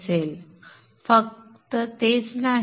पण फक्त तेच नाही